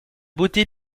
beauté